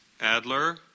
Adler